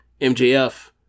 MJF